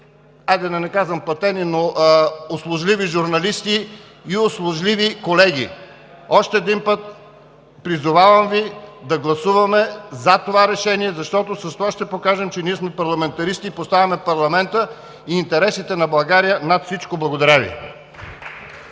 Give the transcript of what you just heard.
хайде да не казвам платени, но услужливи журналисти и услужливи колеги. Още един път, призовавам Ви да гласуваме за това решение, защото с това ще покажем, че ние сме парламентаристи и поставяме парламента и интересите на България над всичко. Благодаря Ви.